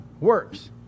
works